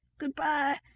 good-bye!